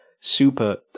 super